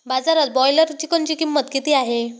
बाजारात ब्रॉयलर चिकनची किंमत किती आहे?